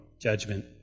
Judgment